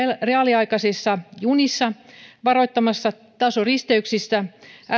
reaaliaikaisissa junissa varoittamassa tasoristeyksissä